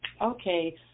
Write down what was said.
Okay